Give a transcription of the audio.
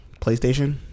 PlayStation